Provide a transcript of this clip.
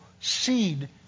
seed